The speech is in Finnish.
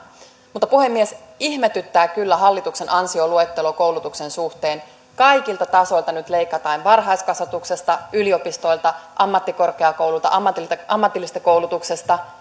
mutta puhemies ihmetyttää kyllä hallituksen ansioluettelo koulutuksen suhteen kaikilta tasoilta nyt leikataan varhaiskasvatuksesta yliopistoilta ammattikorkeakouluilta ammatillisesta koulutuksesta